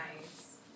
nice